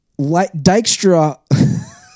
Dykstra